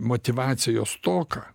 motyvacijos stoką